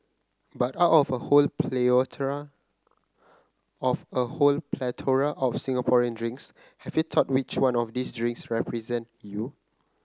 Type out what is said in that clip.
but out of a whole of a whole plethora of Singaporean drinks have you thought which one of these drinks represent you